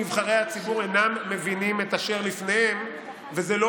כצנזור, וגם אדוני לא.